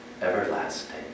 everlasting